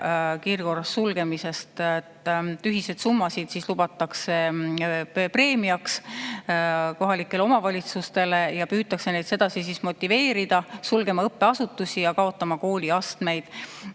kiirkorras sulgeda. Tühiseid summasid lubatakse preemiaks kohalikele omavalitsustele ja püütakse neid sedasi motiveerida sulgema õppeasutusi ja kaotama kooliastmeid.